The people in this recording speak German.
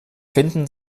finden